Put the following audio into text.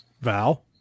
Val